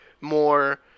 more